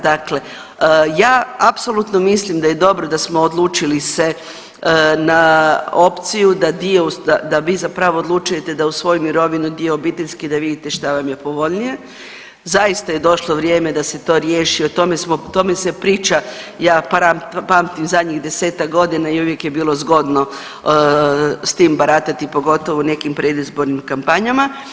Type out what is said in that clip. Dakle ja apsolutno mislim da je dobro da smo odlučili se na opciju da dio, da vi zapravo odlučujete da uz svoju mirovinu dio obiteljske da vidite šta vam je povoljnije, zaista je došlo vrijeme da se to riješi, o tome smo, o tome se priča ja pamtim zadnjih 10-tak godina i uvijek je bilo zgodno s tim baratati pogotovo u nekim predizbornim kampanjama.